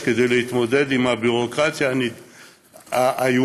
כדי להתמודד עם הביורוקרטיה האיומה,